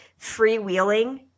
freewheeling